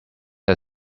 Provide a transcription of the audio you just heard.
are